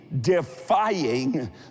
defying